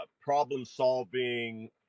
problem-solving